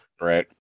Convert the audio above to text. right